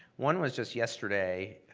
one was just yesterday,